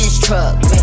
truck